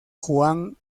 juan